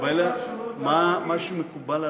מה שמקובל על